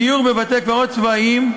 סיור בבתי-קברות צבאיים,